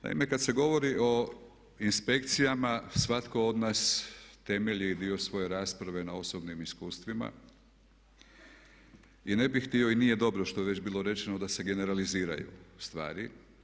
Naime, kad se govori o inspekcijama svatko od nas temelji dio svoje rasprave na osobnim iskustvima i ne bih htio i nije dobro što je već rečeno da se generaliziraju stvari.